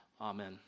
Amen